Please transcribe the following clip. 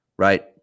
right